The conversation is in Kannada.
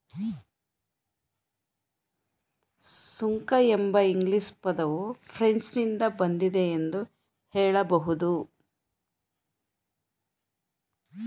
ಸುಂಕ ಎಂಬ ಇಂಗ್ಲಿಷ್ ಪದವು ಫ್ರೆಂಚ್ ನಿಂದ ಬಂದಿದೆ ಎಂದು ಹೇಳಬಹುದು